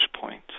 point